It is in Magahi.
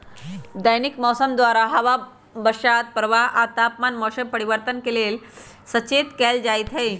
दैनिक मौसम द्वारा हवा बसात प्रवाह आ तापमान मौसम परिवर्तन के लेल सचेत कएल जाइत हइ